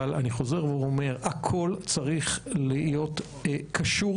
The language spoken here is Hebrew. אבל אני חוזר הכול צריך להיות קשור